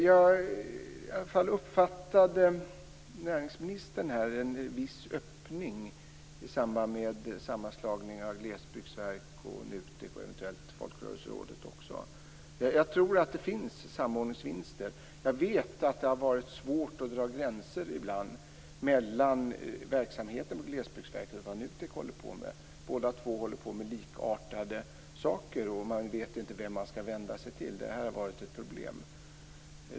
Jag uppfattade i näringsministerns uttalande en viss öppning i samband med sammanslagning av Glesbygdsverket, NUTEK och eventuellt även Folkrörelserådet. Jag tror att det finns samordningsvinster. Jag vet att det ibland har varit svårt att dra gränser mellan verksamheten på Glesbygdsverket och på NUTEK. Båda två håller på med likartade saker, och folk vet inte vem de skall vända sig till. Detta har varit ett problem.